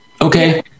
Okay